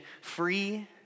free